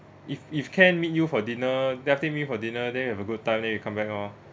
if if can meet you for dinner definitely meet for dinner then we have a good time then we come back loh